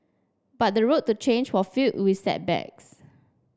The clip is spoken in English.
but the road to change was filled with setbacks